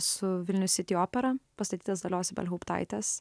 su vilnius city opera pastatytas dalios ibelhauptaitės